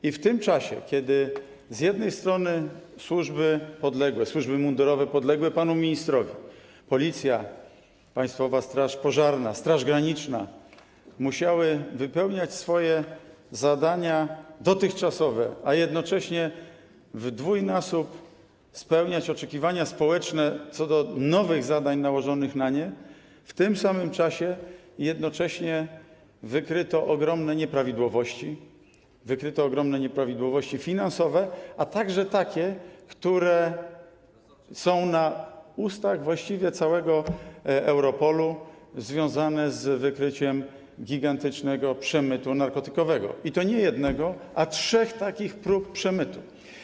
I w tym czasie, kiedy z jednej strony służby mundurowe podległe panu ministrowi, Policja, Państwowa Straż Pożarna, Straż Graniczna, musiały wypełniać swoje zadania dotychczasowe, a jednocześnie w dwójnasób spełniać oczekiwania społeczne co do nowych zadań nałożonych na nie, w tym samym czasie wykryto ogromne nieprawidłowości finansowe, a także takie, które są na ustach właściwie całego Europolu, związane z wykryciem gigantycznego przemytu narkotykowego, i to nie jednego, a trzech takich prób przemytu.